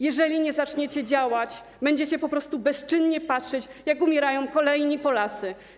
Jeżeli nie zaczniecie działać, będziecie po prostu bezczynnie patrzeć, jak umierają kolejni Polacy.